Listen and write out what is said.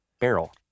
Barrel